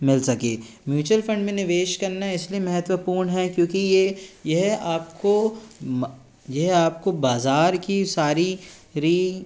मिल सके mutual fund में निवेश करना इसलिए महत्वपूर्ण है क्योंकि ये यह आपको ये आपको बाज़ार की सारी